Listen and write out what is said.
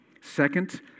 Second